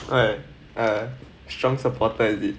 what err strong supporter is it